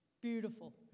Beautiful